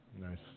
Nice